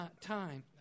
time